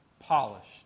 polished